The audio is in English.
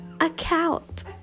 account